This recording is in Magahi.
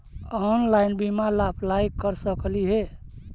ऑनलाइन बीमा ला अप्लाई कर सकली हे?